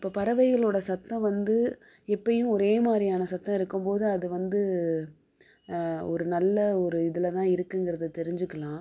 இப்போ பறவைகளோட சத்தம் வந்து எப்பையும் ஒரேமாதிரியான சத்தம் இருக்கும்போது அது வந்து ஒரு நல்ல ஒரு இதுல தான் இருக்குங்கிறதை தெரிஞ்சுக்கலாம்